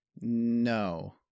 no